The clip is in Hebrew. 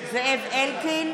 אלקין,